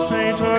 Saint